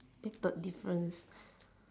eh third difference